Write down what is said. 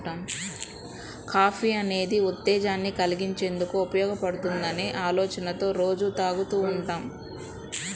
coffee అనేది ఉత్తేజాన్ని కల్గించేందుకు ఉపయోగపడుతుందనే ఆలోచనతో రోజూ తాగుతూ ఉంటాం